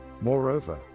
Moreover